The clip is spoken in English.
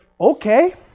okay